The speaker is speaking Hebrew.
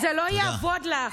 זה לא יעבוד לך.